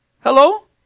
Hello